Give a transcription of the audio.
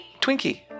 Twinkie